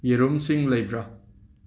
ꯌꯦꯔꯨꯝꯁꯤꯡ ꯂꯩꯕ꯭ꯔꯥ